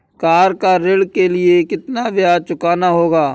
Car ऋण के लिए कितना ब्याज चुकाना होगा?